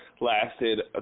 lasted